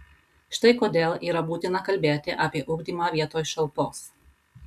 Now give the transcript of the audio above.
štai kodėl yra būtina kalbėti apie ugdymą vietoj šalpos